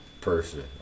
Person